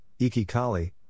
Ikikali